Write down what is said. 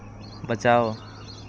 बचाओ